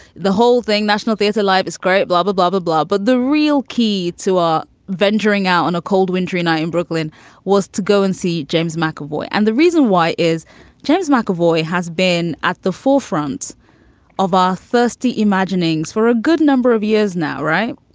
the whole thing, national theatre life is great, blah, blah, blah, blah, blah. but the real key to are venturing out on a cold wintry night in brooklyn was to go and see james mcavoy. and the reason why is james mcavoy mcavoy has been at the forefront of our thirsty imaginings for a good number of years now, right?